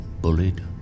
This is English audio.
bullied